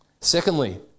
Secondly